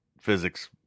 physics